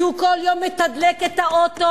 כי הוא כל יום מתדלק את האוטו,